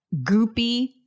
goopy